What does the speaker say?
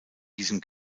diesem